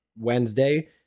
Wednesday